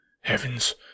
Heavens